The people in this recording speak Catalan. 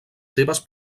seves